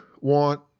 want